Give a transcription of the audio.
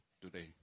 today